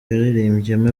yaririmbyemo